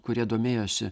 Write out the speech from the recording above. kurie domėjosi